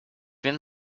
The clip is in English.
been